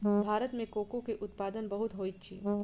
भारत में कोको के उत्पादन बहुत होइत अछि